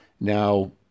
Now